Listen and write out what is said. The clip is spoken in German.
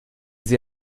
sie